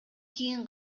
кийин